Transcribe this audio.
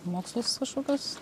mokslus kažkokius